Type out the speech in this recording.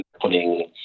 putting